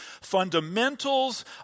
fundamentals